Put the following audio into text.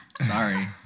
sorry